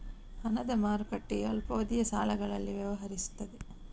ಹಣದ ಮಾರುಕಟ್ಟೆಯು ಅಲ್ಪಾವಧಿಯ ಸಾಲಗಳಲ್ಲಿ ವ್ಯವಹರಿಸುತ್ತದೆ